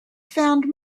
found